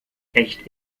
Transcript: echt